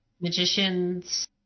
Magicians